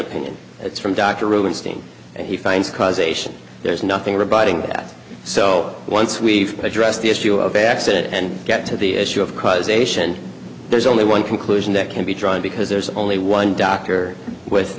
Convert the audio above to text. opinion that's from dr rubenstein and he finds causation there's nothing rebutting that so once we've addressed the issue of accident and get to the issue of causation there's only one conclusion that can be drawn because there's only one doctor with